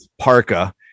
parka